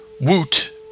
Woot